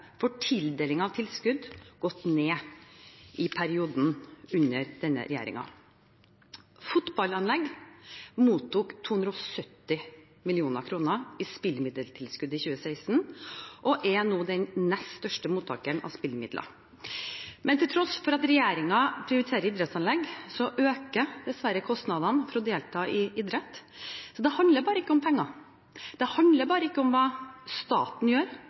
for tildeling av tilskudd gått ned i denne perioden, under denne regjeringen. Fotballanlegg mottok 270 mill. kr i spillemiddeltilskudd i 2016 og er nå den nest største mottakeren av spillemidler. Men til tross for at regjeringen prioriterer idrettsanlegg, øker dessverre kostnadene for å delta i idrett. Så dette handler ikke bare om penger, det handler ikke bare om hva staten gjør,